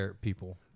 people